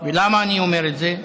ולמה אני אומר את זה?